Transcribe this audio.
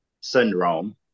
syndrome